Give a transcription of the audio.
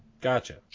Gotcha